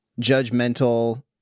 judgmental